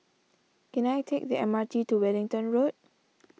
can I take the M R T to Wellington Road